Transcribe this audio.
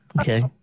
Okay